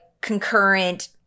concurrent